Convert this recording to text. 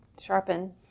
sharpen